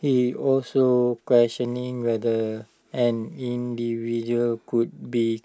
he also questioned whether an individual could be